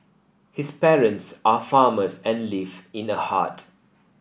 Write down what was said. his parents are farmers and live in a hut